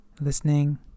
listening